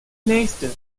nächste